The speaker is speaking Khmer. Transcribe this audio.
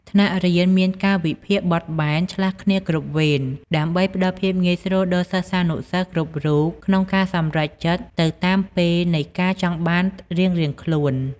ថ្នាក់រៀនមានកាលវិភាគបត់បែន ឆ្លាស់គ្នាគ្រប់វេន ដើម្បីផ្ដល់ភាពងាយស្រួលដល់សិស្សានុសិស្សគ្រប់រូបក្នុងការសម្រេចចិត្តទៅតាមពេលនៃការចង់បានរៀងៗខ្លួន។